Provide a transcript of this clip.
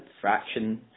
Fraction